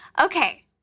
Okay